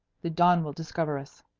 the dawn will discover us.